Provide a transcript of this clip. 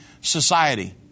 society